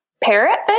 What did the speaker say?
parrot